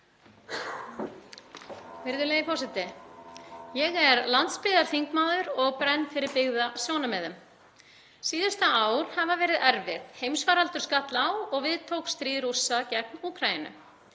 Ég er landsbyggðarþingmaður og brenn fyrir byggðasjónarmiðum. Síðustu ár hafa verið erfið, heimsfaraldur skall á og við tók stríð Rússa gegn Úkraínu.